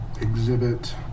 exhibit